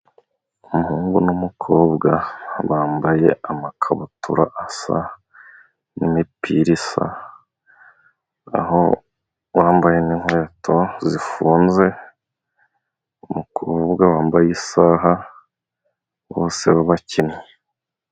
Umuhungu n'umukobwa bambaye amakabutura asa, n'imipira isa, aho wambaye ni inkweto zifunze, umukobwa wambaye isaha bose bakinnyi.